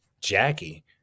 Jackie